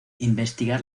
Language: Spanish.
investigar